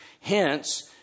Hence